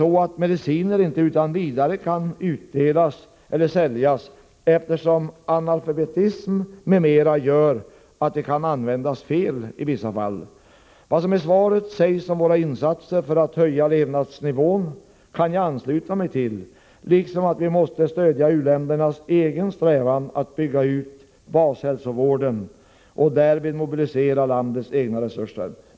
så att mediciner inte utan vidare kan utdelas eller säljas, eftersom analfabetism m.m. gör att de kan användas fel i vissa fall. Vad som i svaret sägs om våra insatser för att höja levnadsnivån kan jag ansluta mig till, liksom att vi måste stödja u-ländernas egen strävan att bygga ut bashälsovården och därvid mobilisera landets egna resurser.